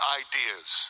ideas